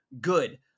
good